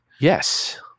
Yes